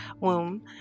womb